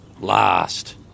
last